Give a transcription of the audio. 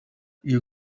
you